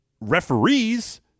Referees